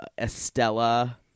Estella